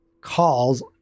calls